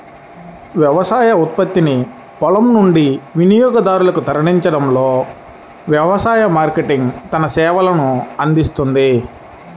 వ్యవసాయ ఉత్పత్తిని పొలం నుండి వినియోగదారునికి తరలించడంలో వ్యవసాయ మార్కెటింగ్ తన సేవలనందిస్తుంది